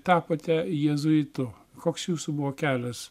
tapote jėzuitu koks jūsų buvo kelias